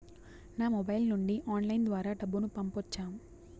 నా మొబైల్ నుండి ఆన్లైన్ ద్వారా డబ్బును పంపొచ్చా